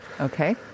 Okay